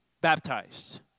baptized